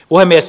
puhemies